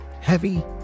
Heavy